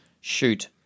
shoot